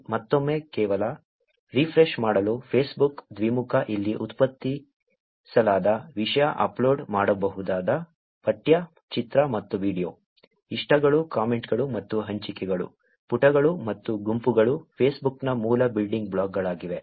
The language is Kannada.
ಮತ್ತೊಮ್ಮೆ ಕೇವಲ ರಿಫ್ರೆಶ್ ಮಾಡಲು ಫೇಸ್ಬುಕ್ ದ್ವಿಮುಖ ಇಲ್ಲಿ ಉತ್ಪಾದಿಸಲಾದ ವಿಷಯ ಅಪ್ಲೋಡ್ ಮಾಡಬಹುದಾದ ಪಠ್ಯ ಚಿತ್ರ ಮತ್ತು ವೀಡಿಯೊ ಇಷ್ಟಗಳು ಕಾಮೆಂಟ್ಗಳು ಮತ್ತು ಹಂಚಿಕೆಗಳು ಪುಟಗಳು ಮತ್ತು ಗುಂಪುಗಳು ಫೇಸ್ಬುಕ್ನ ಮೂಲ ಬಿಲ್ಡಿಂಗ್ ಬ್ಲಾಕ್ಗಳಾಗಿವೆ